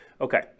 okay